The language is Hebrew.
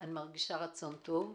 אני מרגישה רצון טוב,